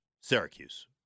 Syracuse